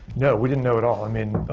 no, we didn't know at all. i mean,